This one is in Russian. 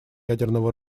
ядерного